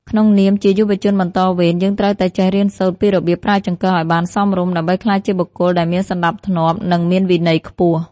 ក្នុងនាមជាយុវជនបន្តវេនយើងត្រូវតែចេះរៀនសូត្រពីរបៀបប្រើចង្កឹះឱ្យបានសមរម្យដើម្បីក្លាយជាបុគ្គលដែលមានសណ្តាប់ធ្នាប់និងមានវិន័យខ្ពស់។